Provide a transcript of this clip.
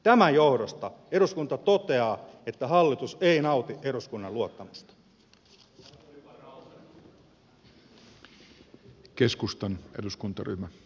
tämän johdosta eduskunta toteaa että hallitus ei nauti eduskunnan luottamusta